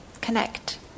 connect